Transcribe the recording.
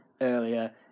earlier